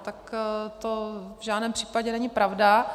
Tak to v žádném případě není pravda.